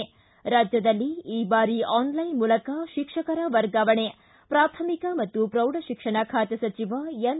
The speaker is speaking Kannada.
ಿ ರಾಜ್ಯದಲ್ಲಿ ಈ ಬಾರಿ ಆನ್ಲೈನ್ ಮೂಲಕ ಶಿಕ್ಷಕರ ವರ್ಗಾವಣೆ ಪ್ರಾಥಮಿಕ ಮತ್ತು ಪ್ರೌಢ ಶಿಕ್ಷಣ ಖಾತೆ ಸಚಿವ ಎನ್